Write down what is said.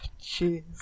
Jeez